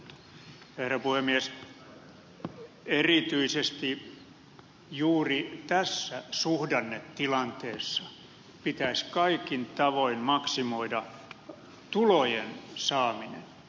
erityisesti juuri tässä suhdannetilanteessa pitäisi kaikin tavoin maksimoida tulojen saaminen